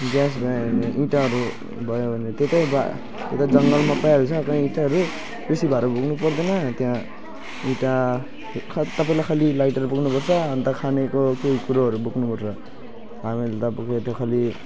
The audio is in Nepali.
ग्यास भयो भने ईँटाहरू भयो भने त्यतै पाई जङ्गलमा पाइहाल्छ ईँटाहरू बेसी भाडा बोक्नु पर्दैन अन्त ईँटा तपाईँले खालि लाइटार बोक्नुपर्छ अन्त खानेको केही कुरोहरू बोक्नुपर्छ हामीले रहरले त बोकेको थियो खालि